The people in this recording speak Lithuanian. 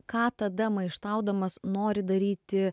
ką tada maištaudamas nori daryti